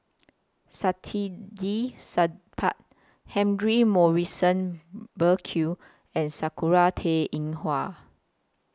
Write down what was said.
Saktiandi Supaat Humphrey Morrison Burkill and Sakura Teng Ying Hua